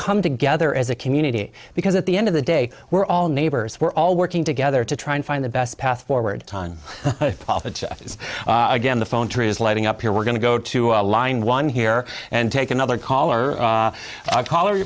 come together as a community because at the end of the day we're all neighbors we're all working together to try and find the best path forward time is again the phone tree is lighting up here we're going to go to a line one here and take another caller